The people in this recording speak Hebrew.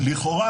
לכאורה,